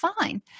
fine